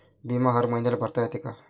बिमा हर मईन्याले भरता येते का?